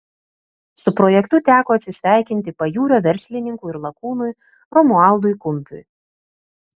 su projektu teko atsisveikinti pajūrio verslininkui ir lakūnui romualdui kumpiui